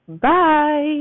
bye